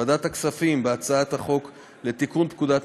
ועדת הכספים תדון בהצעת חוק לתיקון פקודת